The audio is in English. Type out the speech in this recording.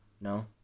no